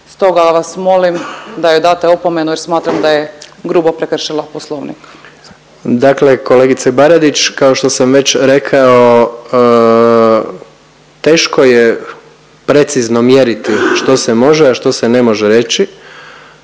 stoga vas molim da joj date opomenu jer smatram da je grubo prekršila Poslovnik. **Jandroković, Gordan (HDZ)** Dakle, kolegice Baradić kao što sam već rekao teško je precizno mjeriti što se može, a što se ne može reći.